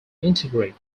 integrate